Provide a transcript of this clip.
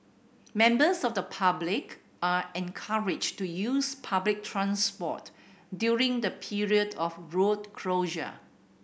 members of the public are encouraged to use public transport during the period of road closure